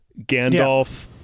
Gandalf